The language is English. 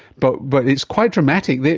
but but it's quite dramatic.